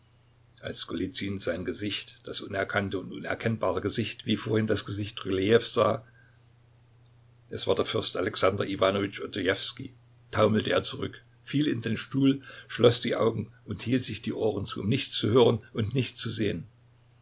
als golizyn sein gesicht das unerkannte und unerkennbare gesicht wie vorhin das gesicht rylejews sah es war der fürst alexander iwanowitsch odojewskij taumelte er zurück fiel in den stuhl schloß die augen und hielt sich die ohren zu um nichts zu hören und nichts zu sehen